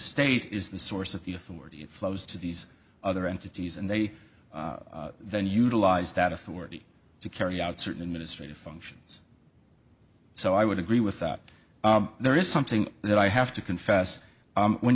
state is the source of the authority that flows to these other entities and they then utilize that authority to carry out certain administrative functions so i would agree with that there is something that i have to confess when